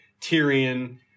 Tyrion